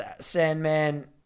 Sandman